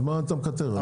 אז מה אתה מקטר?